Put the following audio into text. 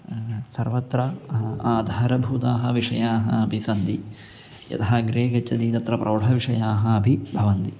सर्वत्र आधारभूताः विषयाः अपि सन्ति यथा अग्रे गच्छति तत्र प्रौढविषयाः अपि भवन्ति